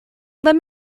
let